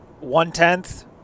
one-tenth